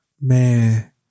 man